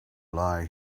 lie